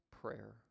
prayer